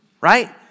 right